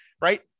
right